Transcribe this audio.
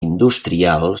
industrial